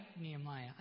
Nehemiah